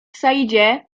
saidzie